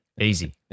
easy